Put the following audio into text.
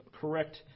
correct